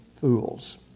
fools